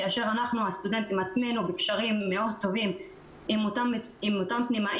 כאשר אנחנו הסטודנטים בעצמנו בקשרים מאוד טובים עם אותם פנימאים,